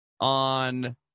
on